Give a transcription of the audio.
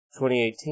2018